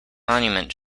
monument